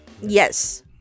Yes